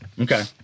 Okay